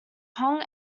hong